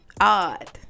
odd